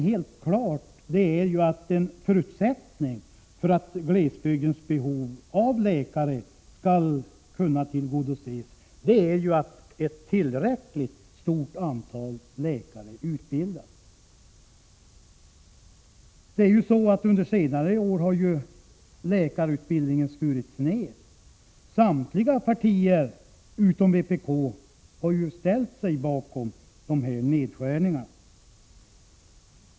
Helt klart är att förutsättningen för att glesbygdens behov av läkare skall kunna tillgodoses är att ett tillräckligt stort antal läkare utbildas. Under senare år har ju läkarutbildningen skurits ned. Samtliga partier utom vpk har ställt sig bakom nedskärningarna.